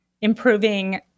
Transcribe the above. improving